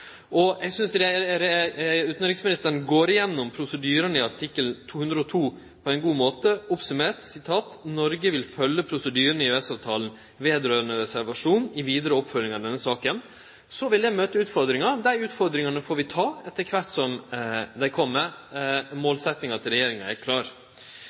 Eg synest utanriksministeren går igjennom prosedyrane i artikkel 202 på ein god måte, oppsummert: «Norge vil følge prosedyrene i EØS-avtalen vedrørende reservasjon i videre oppfølging av denne saken.» Så vil det møte utfordringar. Dei utfordringane får vi ta etter kvart som dei kjem. Målsetjinga til regjeringa er klar.